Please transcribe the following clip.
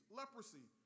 leprosy